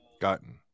gotten